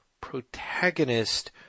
protagonist